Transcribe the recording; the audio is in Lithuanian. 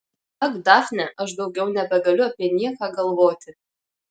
ak dafne aš daugiau nebegaliu apie nieką galvoti